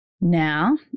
Now